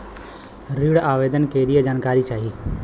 ऋण आवेदन के लिए जानकारी चाही?